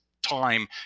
Time